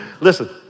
Listen